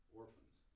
orphans